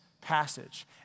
passage